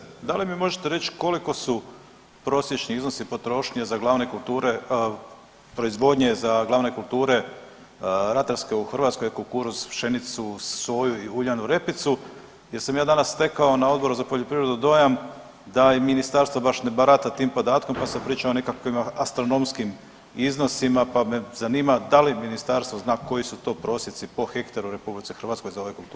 Poštovana ministrice da li mi možete reći koliki su prosječni iznosi potrošnje za glavne kulture, proizvodnje za glavne kulture ratarske u Hrvatskoj, kukuruz, pšenicu, soju i uljanu repicu jer sam ja danas stekao na Odboru za poljoprivredu dojam da i ministarstvo ne barata tim podatkom pa se priča o nekakvim astronomskim iznosima, pa me zanima da li ministarstvo zna koji su to prosjeci po hektaru u RH za ove kulture.